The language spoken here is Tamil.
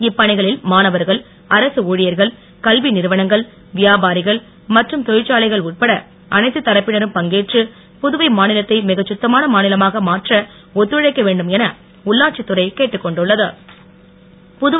இப்பணிகளில் மாணவர்கள் அரசு ஊழியர்கள் கல்வி நிறுவனங்கள் வியாபாரிகள் மற்றும் தொழிற்சாலைகள் உட்பட அனைத்து தரப்பினரும் பங்கேற்று புதுவை மாநிலத்தை மிகச் கத்தமான மாநிலமாக மாற்ற ஒத்துழைக்க வேண்டும் என உள்ளாட்சித் துறை கேட்டுக் கொண்டுள்ளது